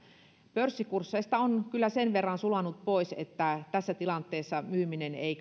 pörssikursseista on kyllä sen verran sulanut pois että tässä tilanteessa myyminen ei